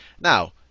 Now